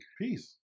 peace